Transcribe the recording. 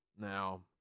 Now